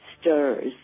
stirs